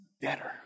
better